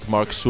Mark